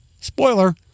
spoiler